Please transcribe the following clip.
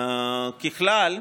ככלל,